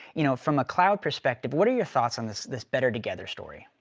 you know from a cloud perspective, what are your thoughts on this this better together story?